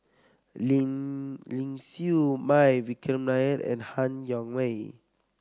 Ling Ling Siew May Vikram Nair and Han Yong May